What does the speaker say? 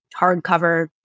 hardcover